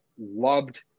loved